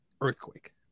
earthquake